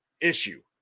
issue